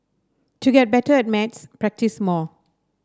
to get better at maths practise more